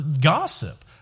gossip